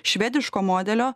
švediško modelio